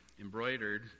embroidered